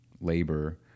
labor